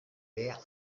pere